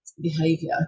behavior